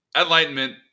Enlightenment